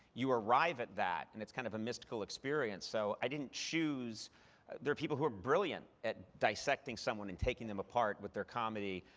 you arrive at that, and it's kind of a mystical experience. so i didn't choose there are people who are brilliant at dissecting someone and taking them apart with their comedy.